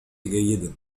جيدًا